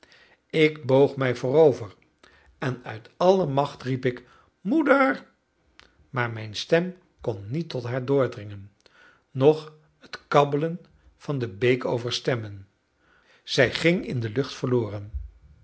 ik boog mij voorover en uit alle macht riep ik moeder maar mijn stem kon niet tot haar doordringen noch het kabbelen van de beek overstemmen zij ging in de lucht verloren